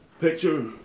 Picture